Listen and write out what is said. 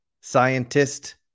Scientist